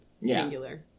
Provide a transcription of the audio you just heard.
singular